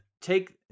take